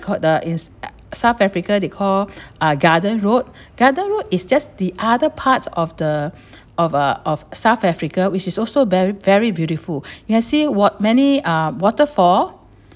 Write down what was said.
called the in s~ south africa they call uh garden road garden road is just the other parts of the of uh of south africa which is also very very beautiful you'll see wat~ many uh waterfall